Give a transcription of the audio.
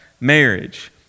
marriage